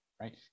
right